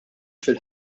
fil